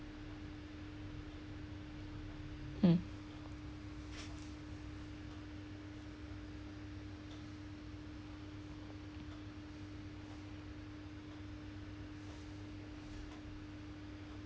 mm